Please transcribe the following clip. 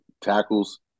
tackles